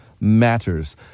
matters